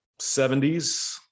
70s